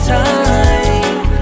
time